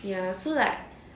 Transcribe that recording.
ya so like